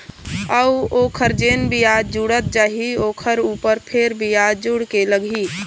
अऊ ओखर जेन बियाज जुड़त जाही ओखर ऊपर फेर बियाज जुड़ के लगही